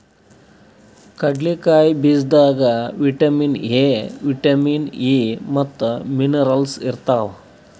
ಕಡ್ಲಿಕಾಯಿ ಬೀಜದಾಗ್ vitamin A, vitamin E ಮತ್ತ್ ಮಿನರಲ್ಸ್ ಇರ್ತವ್